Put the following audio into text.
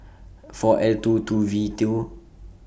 four L two two V due